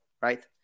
right